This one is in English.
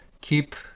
keep